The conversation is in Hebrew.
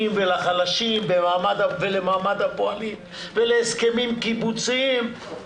ולחלשים ולמעמד הפועלים ולהסכמים קיבוציים,